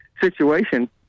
situation